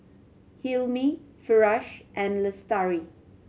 Hilmi Firash and Lestari